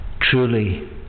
Truly